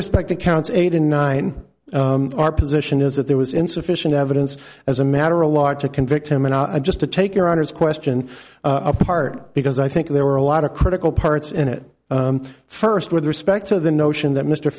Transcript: respect to counsel eight and nine our position is that there was insufficient evidence as a matter a lot to convict him and i just to take your honour's question apart because i think there were a lot of critical parts in it first with respect to the notion that mr